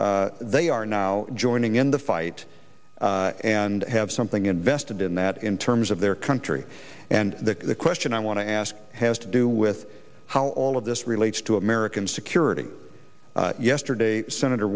that they are now joining in the fight and have something invested in that in terms of their country and the question i want to ask has to do with how all of this relates to american security yesterday senator